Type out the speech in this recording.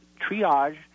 triage